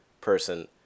person